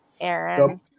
Aaron